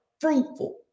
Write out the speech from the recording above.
Fruitful